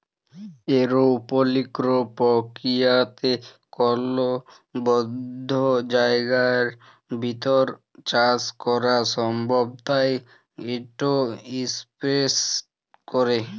এরওপলিক্স পর্কিরিয়াতে কল বদ্ধ জায়গার ভিতর চাষ ক্যরা সম্ভব তাই ইট ইসপেসে ক্যরে